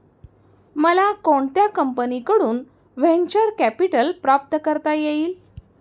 मला कोणत्या कंपनीकडून व्हेंचर कॅपिटल प्राप्त करता येईल?